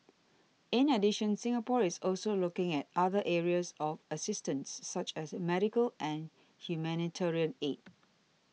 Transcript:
in addition Singapore is also looking at other areas of assistance such as medical and humanitarian aid